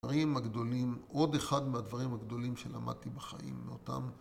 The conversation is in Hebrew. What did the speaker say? עוד אחד מהדברים הגדולים שלמדתי בחיים מאותם